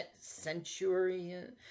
Centurion